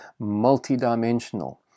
multidimensional